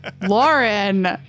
Lauren